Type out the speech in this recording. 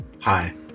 Hi